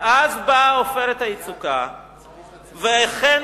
בנינו 10,000